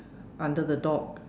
under the dog